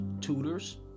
tutors